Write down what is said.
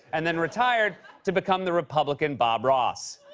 and then retired to become the republican bob ross.